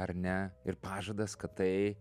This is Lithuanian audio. ar ne ir pažadas kad tai